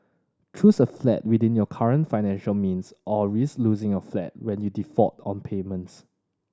choose a flat within your current financial means or risk losing your flat when you default on payments